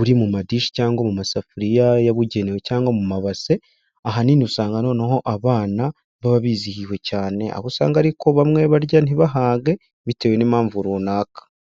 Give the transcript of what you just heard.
uri mu madishi cyangwa mu masafuriya yabugenewe cyangwa mu mabase, ahanini usanga noneho abana baba bizihiwe cyane, aho usanga ariko bamwe barya ntibage bitewe n'impamvu runaka.